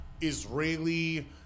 Israeli